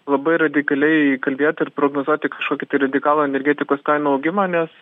labai radikaliai kalbėt ir prognozuoti kažkokį tai radikalų energetikos kainų augimą nes